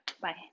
Bye